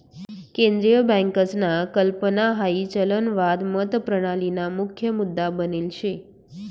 केंद्रीय बँकसना कल्पना हाई चलनवाद मतप्रणालीना मुख्य मुद्दा बनेल शे